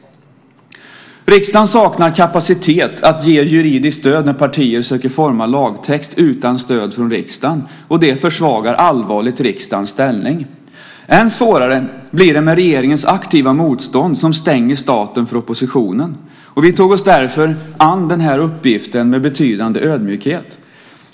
Riksdagen saknar kapacitet att ge juridiskt stöd när partier söker forma lagtext utan stöd från riksdagen. Det försvagar allvarligt riksdagens ställning. Än svårare blir det med regeringens aktiva motstånd som stänger staten för oppositionen. Vi tog oss därför an uppgiften med betydande ödmjukhet.